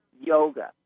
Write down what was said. yoga